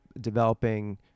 developing